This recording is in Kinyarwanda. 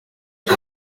cyo